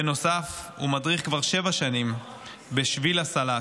בנוסף, הוא מדריך כבר שבע שנים ב"שביל הסלט"